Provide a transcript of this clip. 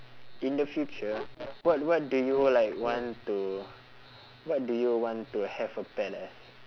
in the future what what do you like want to what do you want to have a pet as